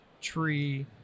tree